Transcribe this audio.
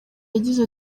yagize